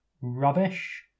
rubbish